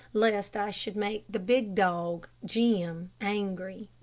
lest i should make the big dog, jim, angry.